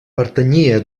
pertanyia